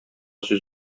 сүз